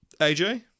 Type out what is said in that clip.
AJ